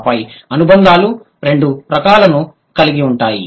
ఆపై అనుబంధాలు రెండు రకాలను కలిగి ఉంటాయి